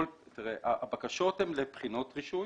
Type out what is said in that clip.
הבקשות הן לבחינות רישוי,